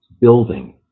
building